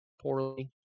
poorly